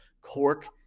cork